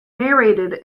narrated